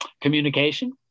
communication